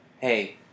hey